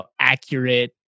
accurate